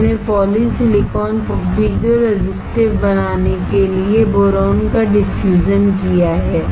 हमने polysilicon piezoresistive बनाने के लिए बोरान का डिफ्यूजन किया है